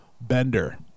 Bender